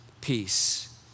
peace